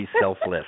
selfless